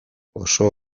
oso